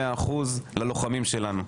מאה אחוזים ללוחמים שלנו.